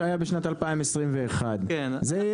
אותו סכום שהיה בשנת 2021. זה יהיה